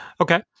Okay